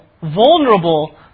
vulnerable